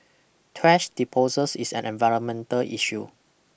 thrash disposals is an environmental issue